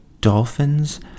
Dolphins